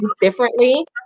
differently